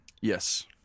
Yes